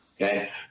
okay